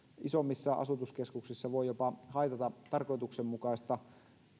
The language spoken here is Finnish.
isommissa asutuskeskuksissa jopa haitata tarkoituksenmukaista